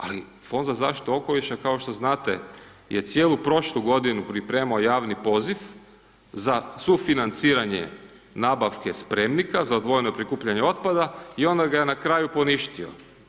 Ali Fond za zaštitu okoliša kao što znate je cijelu prošlu godinu pripremao javni poziv za sufinanciranje nabavke spremnika za odvojeno prikupljanje otpada i onda ga je na kraju poništio.